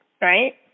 right